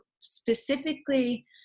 specifically